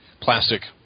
plastic